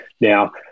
Now